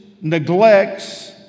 neglects